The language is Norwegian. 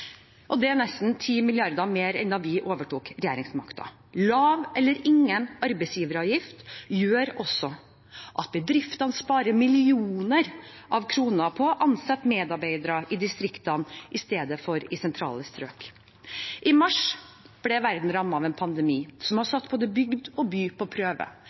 Det er nesten 10 mrd. kr mer enn da vi overtok regjeringsmakten. Lav eller ingen arbeidsgiveravgift gjør også at bedriftene sparer millioner av kroner på å ansette medarbeidere i distriktene i stedet for i sentrale strøk. I mars ble verden rammet av en pandemi som har satt både bygd og by på prøve.